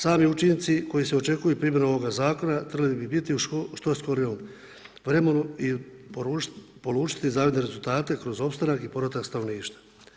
Sami učinci koji se očekuju primjenom ovoga Zakona trebali bi biti u što skorijem vremenu i polučiti zavidan rezultate kroz opstanak i povratak stanovništva.